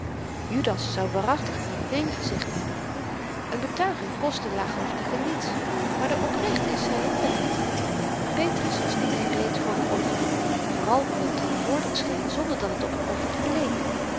judas zou waarachtig niet neen gezegd hebben een betuiging kost den laaghartige niets maar den oprechte is zy n daad petrus was niet gereed voor n offer vooral omdat het gevorderd scheen zonder dat het op n